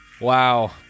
Wow